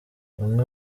bamwe